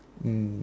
mm